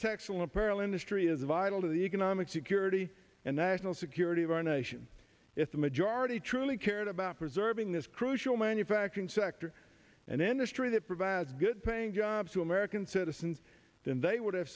actual apparel industry is vital to the economic security and national security of our nation if the majority truly cared about preserving this crucial manufacturing sector and industry that provides good paying jobs to american citizens then they would have